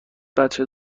بچه